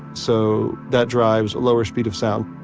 so that drives a lower speed of sound,